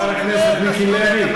חבר הכנסת מיקי לוי,